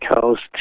Coast